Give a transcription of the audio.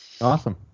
awesome